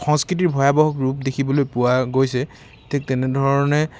সংস্কৃতিক এক ভয়াৱহ ৰূপ দেখিবলৈ পোৱা গৈছে ঠিক তেনেধৰণে